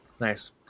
Nice